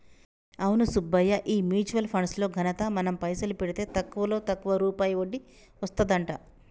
అవును సుబ్బయ్య ఈ mutual funds లో ఘనత మనం పైసలు పెడితే తక్కువలో తక్కువ రూపాయి వడ్డీ వస్తదంట